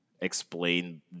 explain